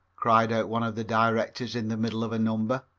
cried out one of the directors in the middle of a number.